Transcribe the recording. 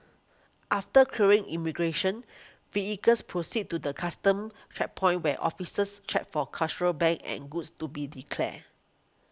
after clearing immigration vehicles proceed to the Customs checkpoint where officers check for contraband and goods to be declared